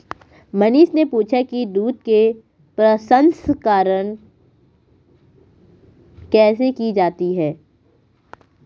मनीष ने पूछा कि दूध के प्रसंस्करण कैसे की जाती है?